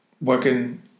Working